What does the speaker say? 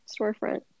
storefront